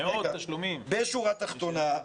בשורה התחתונה,